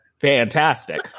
fantastic